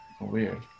Weird